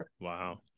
Wow